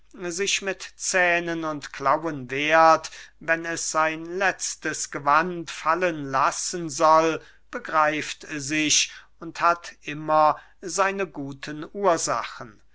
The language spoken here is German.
sich mit zähnen und klauen wehrt wenn es sein letztes gewand fallen lassen soll begreift sich und hat immer seine guten ursachen